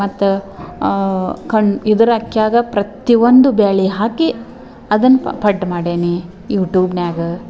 ಮತ್ತು ಕಣ್ಣು ಇದರ ಅಕ್ಯಾಗೆ ಪ್ರತಿಯೊಂದು ಬೇಳೆ ಹಾಕಿ ಅದನ್ನು ಪಡ್ಡು ಮಾಡೇನಿ ಯುಟೂಬ್ನಾಗ